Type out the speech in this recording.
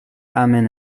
amen